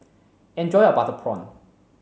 enjoy your butter prawn